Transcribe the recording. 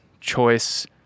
choice